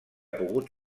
pogut